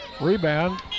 Rebound